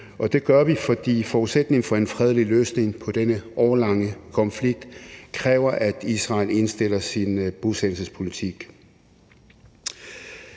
det gør vi, fordi forudsætningen for en fredelig løsning på denne årelange konflikt kræver, at Israel indstiller sin bosættelsespolitik.